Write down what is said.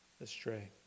astray